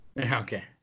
Okay